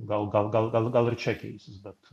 gal gal gal gal gal ir čia keisis bet